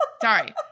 Sorry